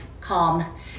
calm